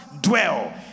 dwell